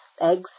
eggs